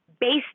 based